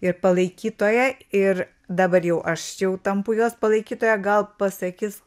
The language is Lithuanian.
ir palaikytoja ir dabar jau aš jau tampu jos palaikytoja gal pasakys